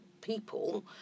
people